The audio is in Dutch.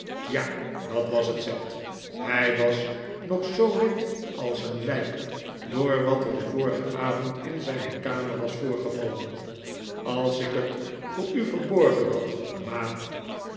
ja dat was het sept hij was nog zoo wit als een lyk door wat et den vorigen avond in zyne kamer was voorgevallen als ik het voor u verborgen had ma